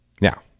Now